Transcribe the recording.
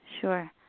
Sure